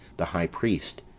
the high priest,